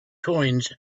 coins